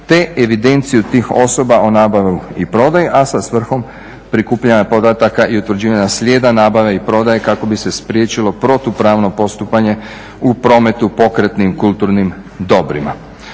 te evidenciju tih osoba o nabavi i prodaji, a sa svrhom prikupljanja podataka i utvrđivanja slijeda nabave i prodaje kako bi se spriječilo protupravno postupanje u prometu pokretnim kulturnim dobrima.